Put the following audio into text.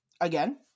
Again